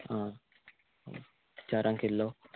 आं चारांक केल्लो